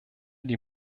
die